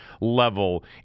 level